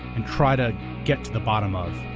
and try to get to the bottom of